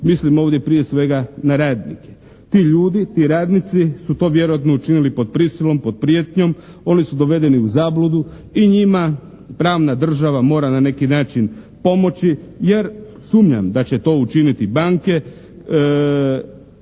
mislim ovdje prije svega na radnike. Ti ljudi, ti radnici su to vjerojatno učinili pod prisilom, pod prijetnjom, oni su dovedeni u zabludu i njima pravna država mora na neki način pomoći jer sumnjam da će to učiniti banke,